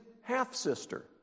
half-sister